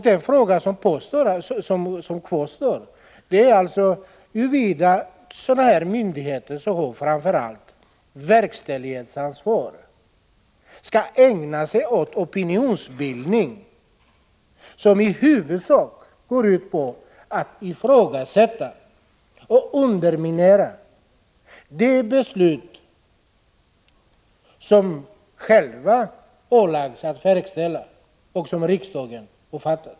Den fråga som kvarstår är huruvida sådana här myndigheter, som framför allt har verkställighetsansvar, skall ägna sig åt opinionsbildning som i huvudsak går ut på att ifrågasätta och underminera de beslut som riksdagen har fattat och som de själva ålagts att verkställa.